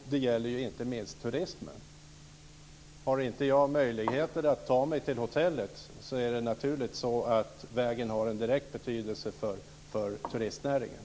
Det gäller inte minst turismen. Har jag inte möjligheter att ta mig till hotellet så är det naturligtvis så att vägen har en direkt betydelse för turistnäringen.